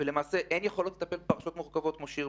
אין יכולות לטפל בפרשיות מורכבות כמו שירביט,